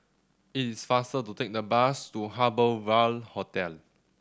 it is faster to take the bus to Harbour Ville Hotel